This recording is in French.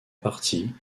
partie